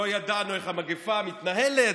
לא ידענו איך המגפה מתנהלת,